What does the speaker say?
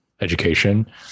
education